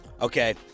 Okay